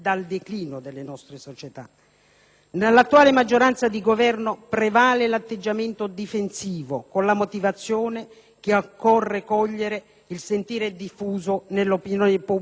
Nell'attuale maggioranza di Governo prevale l'atteggiamento difensivo con la motivazione che occorre cogliere il sentire diffuso nell'opinione pubblica di angoscia ed insicurezza.